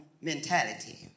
mentality